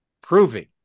proving